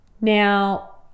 now